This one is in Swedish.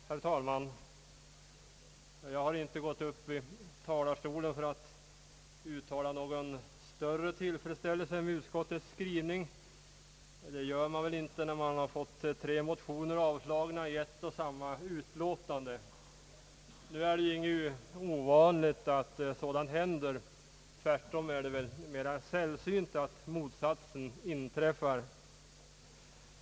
Herr talman! Jag har inte gått upp i talarstolen för att uttala någon större tillfredsställelse med utskottets skrivning. Det gör man väl inte när man har fått tre motioner avstyrkta i ett och samma utlåtande. Det är ju inte något ovanligt att sådant händer, tvärtom är det mera sällsynt att motsatsen inträffar.